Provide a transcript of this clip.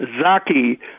Zaki